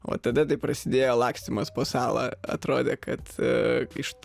o tada tai prasidėjo lakstymas po salą atrodė kad iš